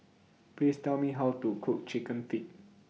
Please Tell Me How to Cook Chicken Feet